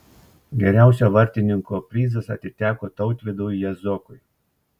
geriausio vartininko prizas atiteko tautvydui jazokui